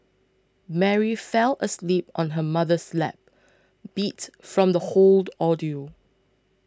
Mary fell asleep on her mother's lap beat from the hold ordeal